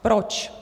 Proč?